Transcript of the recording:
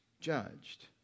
judged